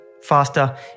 Faster